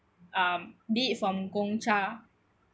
um be it from Gongcha